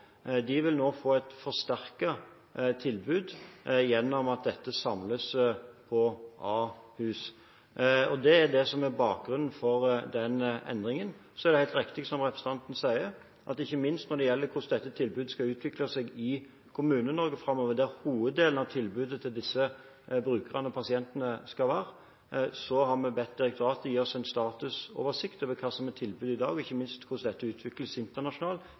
vil nå få et forsterket tilbud gjennom at dette samles på Ahus. Det er bakgrunnen for den endringen. Det er helt riktig som representanten sier: Når det gjelder hvordan dette tilbudet skal utvikle seg i Kommune-Norge framover, der hoveddelen av tilbudet til disse brukerne og pasientene skal være, har vi bedt Helsedirektoratet gi oss en statusoversikt over hva som er tilbudet i dag og ikke minst hvordan dette utvikler seg internasjonalt